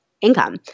income